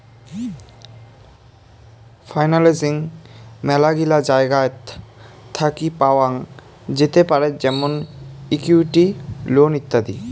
financing মেলাগিলা জায়গাত থাকি পাওয়াঙ যেতে পারেত যেমন ইকুইটি, লোন ইত্যাদি